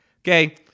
okay